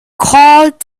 could